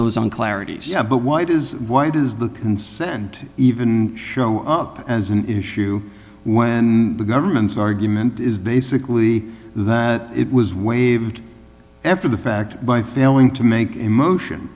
those on clarity but why does why does the consent even show up as an issue when the government's argument is basically that it was waived after the fact by failing to make a motion